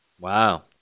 Wow